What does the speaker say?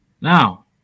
Now